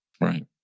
Right